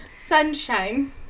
sunshine